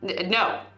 No